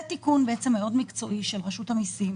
זה תיקון מאוד מקצועי של רשות המיסים,